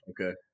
Okay